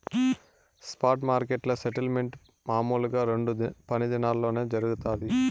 spot మార్కెట్ల settlement మామూలుగా రెండు పని దినాల్లోనే జరగతాది